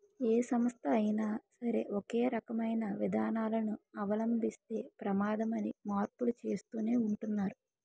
ఏ సంస్థ అయినా సరే ఒకే రకమైన విధానాలను అవలంబిస్తే ప్రమాదమని మార్పులు చేస్తూనే ఉంటున్నారు